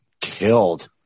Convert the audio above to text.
killed